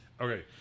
okay